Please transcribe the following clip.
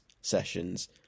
Sessions